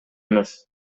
эмес